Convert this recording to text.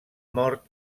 mort